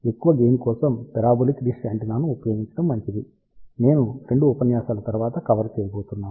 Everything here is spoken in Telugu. ఎక్కువ గెయిన్ కోసం పారాబొలిక్ డిష్ యాంటెన్నాను ఉపయోగించడం మంచిది నేను 2 ఉపన్యాసాల తర్వాత కవర్ చేయబోతున్నాను